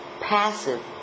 passive